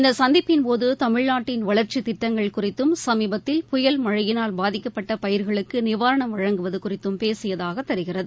இந்த சந்திப்பின்போது தமிழ் நாட்டின் வளர்ச்சித் திட்டங்கள் குறித்தும் சமீபத்தில் புயல் மழையினால் பாதிக்கப்பட்ட பயிர்களுக்கு நிவாரணம் வழங்குவது குறித்தும் பேசியதாக தெரிகிறது